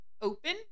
open